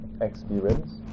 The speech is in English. experience